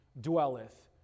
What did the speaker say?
dwelleth